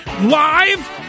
live